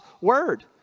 word